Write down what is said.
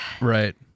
Right